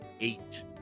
eight